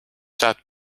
that